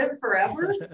forever